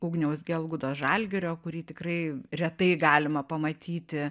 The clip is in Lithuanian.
ugniaus gelgudo žalgirio kurį tikrai retai galima pamatyti